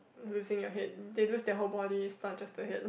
losing your head they lose their whole bodies but just the head